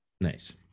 Nice